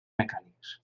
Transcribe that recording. mecànics